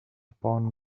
upon